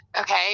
Okay